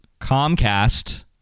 Comcast